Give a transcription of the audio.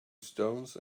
stones